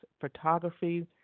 Photography